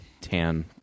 tan